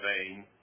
vain